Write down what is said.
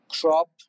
crop